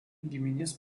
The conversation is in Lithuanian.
giminės